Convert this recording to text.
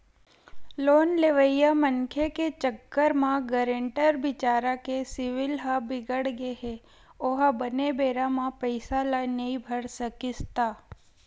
loan लेवइया मनखे के चक्कर म गारेंटर बिचारा के सिविल ह बिगड़गे हे ओहा बने बेरा म पइसा ल नइ भर सकिस त